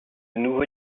nouveau